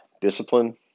discipline